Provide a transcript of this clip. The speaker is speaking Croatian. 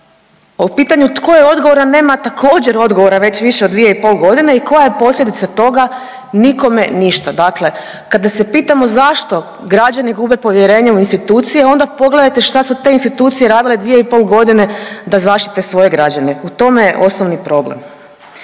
u pitanju tko je odgovoran nema također odgovora već više od 2,5 godine i koja je posljedica toga, nikome ništa. Dakle, kada se pitamo zašto građani gube povjerenje u institucije onda pogledajte šta su te institucije radile 2,5 godine da zaštite svoje građane. U tome je osnovni problem.